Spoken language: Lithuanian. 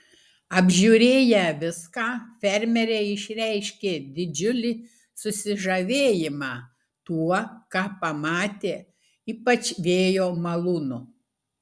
apžiūrėję viską fermeriai išreiškė didžiulį susižavėjimą tuo ką pamatė ypač vėjo malūnu